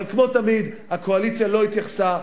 אבל כמו תמיד הקואליציה לא התייחסה,